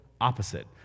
Opposite